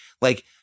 like-